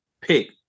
pick